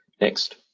Next